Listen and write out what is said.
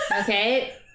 Okay